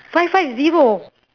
five five zero